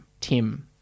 tim